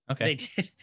Okay